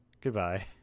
goodbye